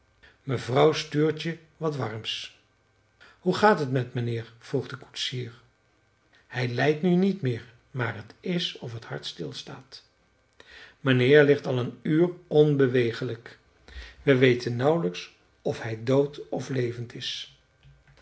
mevrouw stuurt je wat warms hoe gaat het met mijnheer vroeg de koetsier hij lijdt nu niet meer maar t is of t hart stil staat mijnheer ligt al een uur onbewegelijk we weten nauwelijks of hij dood of levend is